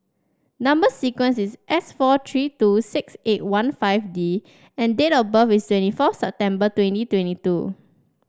number sequence is S four three two six eight one five D and date of birth is twenty four September twenty twenty two